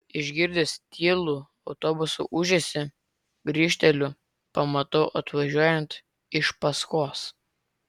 išgirdęs tylų autobuso ūžesį grįžteliu pamatau atvažiuojant iš paskos